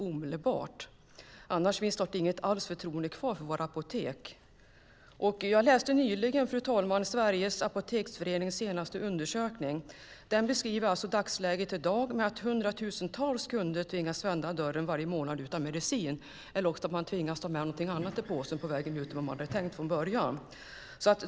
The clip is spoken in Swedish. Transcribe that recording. I annat fall finns snart inget förtroende kvar för våra apotek. Jag läste nyligen, fru talman, Sveriges Apoteksförenings senaste undersökning. Där beskrivs läget i dag med att hundratusentals kunder varje månad tvingas vända i dörren utan medicin eller också tvingas de ta med sig något annat i påsen än vad de tänkt från början.